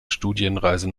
studienreise